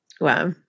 Wow